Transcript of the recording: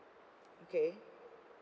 okay